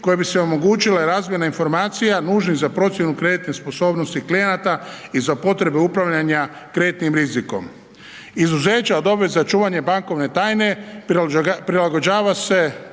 koje bi se omogućile razmjena informacija nužnih za procjenu kreditne sposobnosti klijenata i za potrebe upravljanja kreditnim rizikom. Izuzeća od obveza čuvanja bankovne tajne, prilagođava se